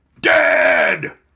Dead